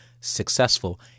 successful